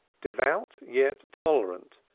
devout yet tolerant,